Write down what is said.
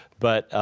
but